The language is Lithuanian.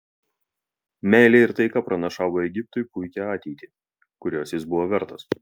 meilė ir taika pranašavo egiptui puikią ateitį kurios jis buvo vertas